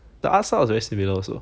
the was very similar also